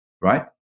right